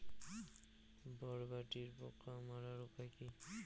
বরবটির পোকা মারার উপায় কি?